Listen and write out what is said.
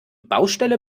baustelle